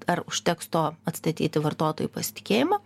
ar užteks to atstatyti vartotojų pasitikėjimą